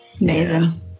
amazing